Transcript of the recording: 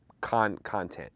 content